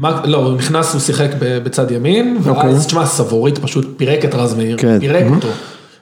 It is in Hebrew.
‫לא, הוא נכנס, הוא שיחק בצד ימין, ‫ואז תשמע, סבוריט פשוט פירק את רז מאיר. ‫פירק אותו.